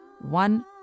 one